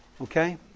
Okay